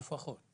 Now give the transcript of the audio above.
לפחות.